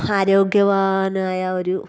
ആരോഗ്യവാനായ ഒരു